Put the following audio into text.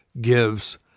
gives